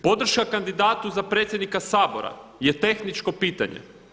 Podrška kandidatu za predsjednika Sabora je tehničko pitanje.